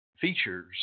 features